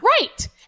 Right